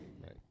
Right